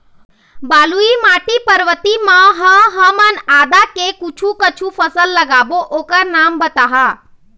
बलुई माटी पर्वतीय म ह हमन आदा के कुछू कछु फसल लगाबो ओकर नाम बताहा?